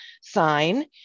sign